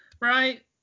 Right